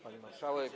Pani Marszałek!